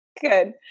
Good